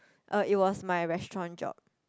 um it was my restaurant job